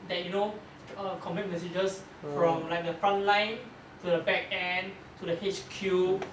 that you know err convey messages from like the front line to the back end to the H_Q